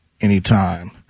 anytime